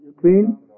Queen